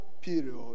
period